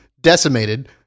decimated